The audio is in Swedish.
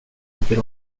tycker